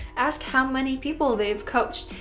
ask how many people they've coached.